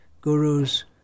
gurus